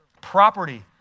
Property